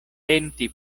penti